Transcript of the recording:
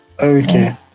Okay